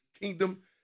kingdom